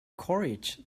courage